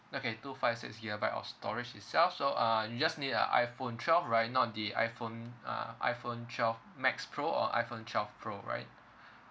okay two five six gigabyte of storage itself so uh you just need a iphone twelve right not the iphone uh iphone twelve max pro or iphone twelve pro right